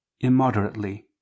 immoderately